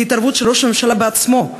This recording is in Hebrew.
להתערבות של ראש הממשלה בעצמו,